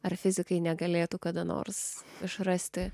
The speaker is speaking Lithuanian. ar fizikai negalėtų kada nors išrasti